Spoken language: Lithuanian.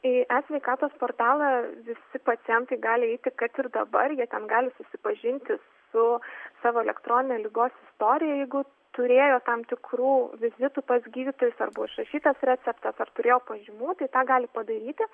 į e sveikatos portalą visi pacientai gali eiti kad ir dabar jie ten gali susipažinti su savo elektronine ligos istorija jeigu turėjo tam tikrų vizitų pas gydytojus arba užrašytas receptas ar turėjo pažymų tai tą gali padaryti